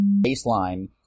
baseline